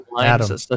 Adam